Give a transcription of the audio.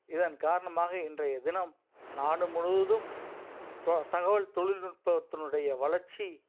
இதன் காரணமாக இன்றைய தினம் நாடு முழுவதும் தொ தகவல் தொழில்நுட்பத்தினுடைய வளர்ச்சி